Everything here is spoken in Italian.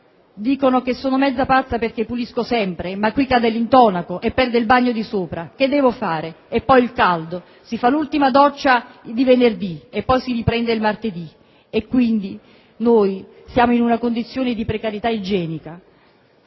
dicono che sono mezza pazza, perché pulisco sempre, ma qui cade l'intonaco e perde il bagno di sopra, che devo fare? E poi il caldo. Si fa l'ultima doccia di venerdì, e poi si riprende il martedì. E, quindi, noi siamo in una condizione di precarietà igienica: